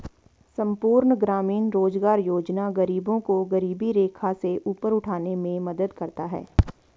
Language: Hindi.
संपूर्ण ग्रामीण रोजगार योजना गरीबों को गरीबी रेखा से ऊपर उठाने में मदद करता है